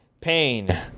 pain